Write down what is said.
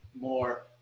more